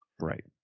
Right